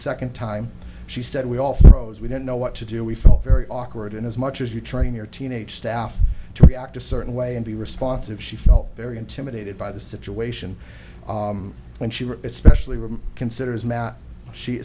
second time she said we all froze we didn't know what to do we felt very awkward and as much as you train your teenage staff to react a certain way and be responsive she felt very intimidated by the situation when she were especially were considered as matt she